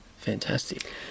fantastic